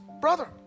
brother